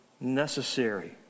necessary